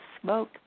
smoke